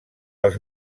els